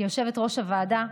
כיושבת-ראש הוועדה,